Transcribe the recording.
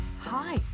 Hi